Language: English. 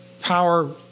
power